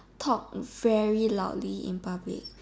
talk very loudly in public